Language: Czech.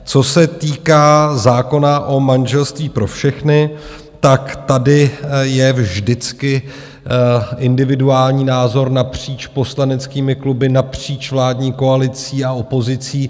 Co se týká zákona o manželství pro všechny, tady je vždycky individuální názor napříč poslaneckými kluby, napříč vládní koalicí a opozicí.